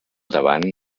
davant